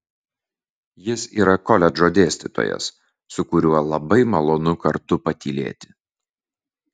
jis yra koledžo dėstytojas su kuriuo labai malonu kartu patylėti